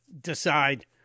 decide